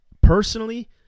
Personally